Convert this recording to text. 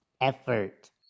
effort